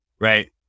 right